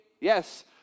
Yes